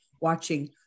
watching